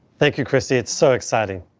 thank you, christy. it's so exciting.